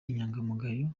inyangamugayo